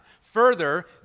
Further